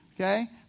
Okay